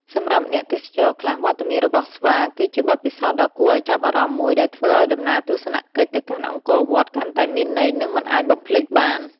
សម្រាប់អ្នកទេសចរខ្លះ វត្តមានរបស់ស្វាគឺជាបទពិសោធន៍ដ៏គួរឱ្យចាប់អារម្មណ៍មួយដែលធ្វើឱ្យដំណើរទស្សនកិច្ចទៅកាន់អង្គរវត្តកាន់តែមានន័យ និងមិនអាចបំភ្លេចបាន។